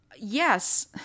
yes